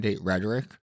rhetoric